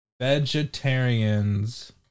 vegetarians